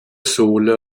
sohle